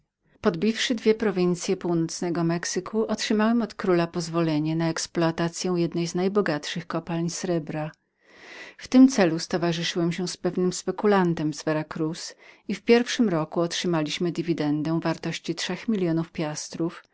podbiwszy dwie prowincye północnego mexyku otrzymałem od króla pozwolenie na wyzyskiwanie jednej z najbogatszych kopalni srebra w tym celu stowarzyszyłem się z pewnym spekulantem z vera cruz i w pierwszym roku otrzymaliśmy dywidendę wartości trzech milionów